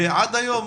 ועד היום,